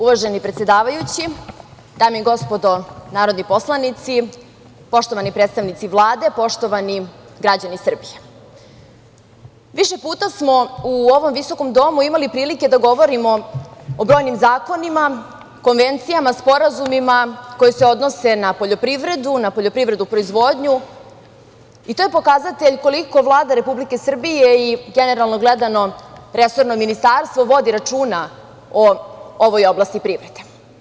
Uvaženi predsedavajući, dame i gospodo narodni poslanici, poštovani predstavnici Vlade, poštovani građani Srbije, više puta smo u ovom visokom domu imali prilike da govorimo o brojnim zakonima, konvencijama, sporazumima koji se odnose na poljoprivredu, na poljoprivrednu proizvodnju i to je pokazatelj koliko Vlada Republike Srbije i generalno gledano resorno ministarstvo vodi računa o ovoj oblasti privrede.